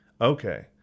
okay